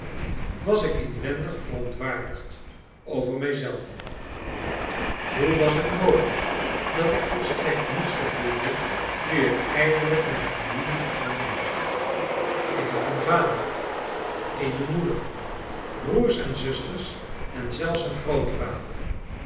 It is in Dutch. was ik inwendig verontwaardigd over mij zelven hoe was het mogelijk dat ik volstrekt niets gevoelde nu ik eindelijk mijn familie gevonden had ik had een vader eene moeder broers en zusters en zelfs een grootvader